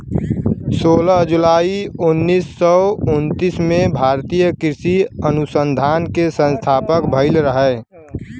सोलह जुलाई उन्नीस सौ उनतीस में भारतीय कृषि अनुसंधान के स्थापना भईल रहे